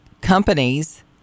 companies